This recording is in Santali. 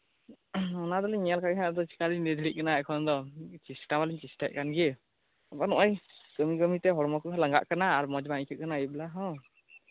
ᱚᱱᱟ ᱫᱚᱞᱤᱧ ᱧᱮᱞ ᱠᱟᱜ ᱜᱮᱭᱟ ᱦᱟᱜ ᱟᱫᱚ ᱪᱤᱠᱟ ᱞᱤᱧ ᱞᱟᱹᱭ ᱫᱟᱲᱮᱭᱟᱜ ᱠᱟᱱᱟ ᱮᱠᱠᱷᱚᱱ ᱫᱚ ᱪᱮᱥᱴᱟ ᱢᱟᱞᱤᱧ ᱪᱮᱥᱴᱟᱭᱮᱜ ᱜᱮ ᱟᱫᱚ ᱱᱚᱜᱚᱭ ᱠᱟᱹᱢᱤ ᱠᱟᱹᱢᱤ ᱛᱮ ᱦᱚᱲᱢᱚ ᱠᱚᱦᱚᱸ ᱞᱟᱸᱜᱟᱜ ᱠᱟᱱᱟ ᱟᱨ ᱢᱚᱸᱡ ᱵᱟᱝ ᱟᱹᱭᱠᱟᱹᱜ ᱠᱟᱱᱟ ᱟᱹᱭᱩᱵ ᱵᱮᱞᱟ ᱦᱚᱸ